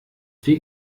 fake